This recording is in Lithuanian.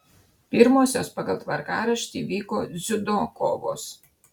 pirmosios pagal tvarkaraštį vyko dziudo kovos